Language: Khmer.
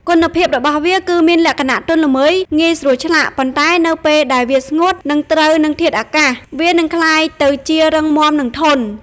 គុណភាពរបស់វាគឺមានលក្ខណៈ ទន់ល្មើយងាយស្រួលឆ្លាក់ ប៉ុន្តែនៅពេលដែលវាស្ងួត និងត្រូវនឹងធាតុអាកាស វានឹងក្លាយទៅជា រឹងមាំ និងធន់។